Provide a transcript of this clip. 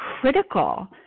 critical